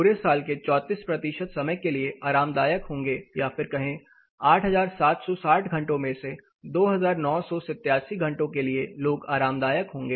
पूरे साल के 34 प्रतिशत समय के लिए आरामदायक होंगे या फिर कहें 8760 घंटों में से 2987 घंटों के लिए लोग आरामदायक होंगे